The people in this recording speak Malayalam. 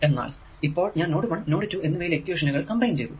എന്നാൽ ഇപ്പോൾ ഞാൻ നോട് 1 നോഡ് 2 എന്നിവയിലെ ഇക്വേഷനുകൾ കമ്പൈൻ ചെയ്തു